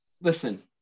Listen